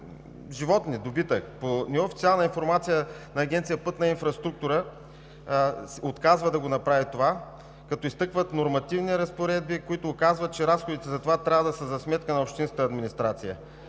животни, добитък. По неофициална информация Агенция „Пътна инфраструктура“ отказва да го направи, като се изтъкват нормативни разпоредби, които казват, че разходите за това трябва да са за сметка на общинската администрация.